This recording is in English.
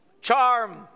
Charm